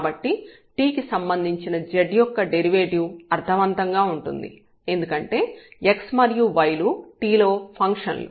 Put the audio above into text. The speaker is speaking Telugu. కాబట్టి t కి సంబంధించిన z యొక్క డెరివేటివ్ అర్థవంతంగా ఉంటుంది ఎందుకంటే x మరియు y లు t లో ఫంక్షన్లు